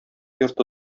йорты